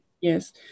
Yes